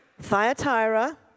Thyatira